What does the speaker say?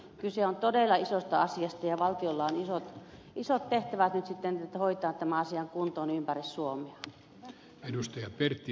kyse on todella isosta asiasta ja valtiolla on isot tehtävät nyt sitten hoitaa tämä asia kuntoon ympäri suomea